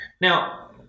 Now